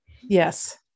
Yes